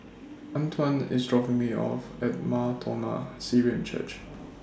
Antwan IS dropping Me off At Mar Thoma Syrian Church